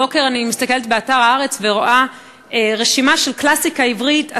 הבוקר אני מסתכלת באתר "הארץ" ורואה רשימה של קלאסיקה עברית,